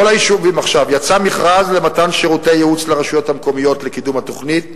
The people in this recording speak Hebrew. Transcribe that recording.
יצא מכרז למתן שירותי ייעוץ לרשויות המקומיות לקידום התוכנית,